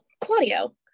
Claudio